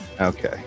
Okay